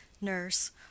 Nurse